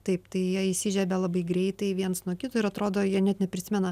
taip tai jie įsižiebia labai greitai viens nuo kito ir atrodo jie net neprisimena